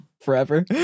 forever